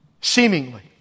seemingly